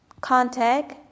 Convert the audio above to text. contact